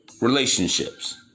relationships